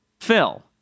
Phil